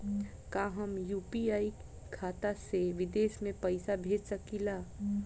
का हम यू.पी.आई खाता से विदेश में पइसा भेज सकिला?